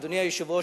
אדוני היושב-ראש,